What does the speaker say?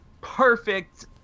perfect